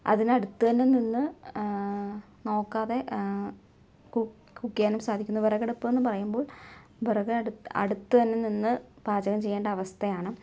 അതിനടുത്തുതന്നെ നിന്ന് നോക്കാതെ കുക്കെയാനും സാധിക്കുന്നു വിറകടുപ്പ്ന്ന് പറയുമ്പോൾ വിറകടുത്ത് അടുത്തുതന്നെ നിന്ന് പാചകം ചെയ്യേണ്ട അവസ്ഥയാണ്